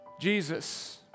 Jesus